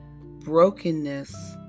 Brokenness